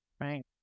right